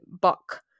Buck